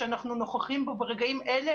שאנחנו נוכחים בו ברגעים אלה,